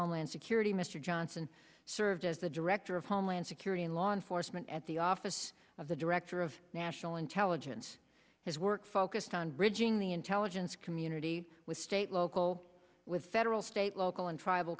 homeland security mr johnson served as the director of homeland security and law enforcement at the office of the director of national intelligence his work focused on bridging the intelligence community with state local with federal state local and tribal